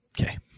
Okay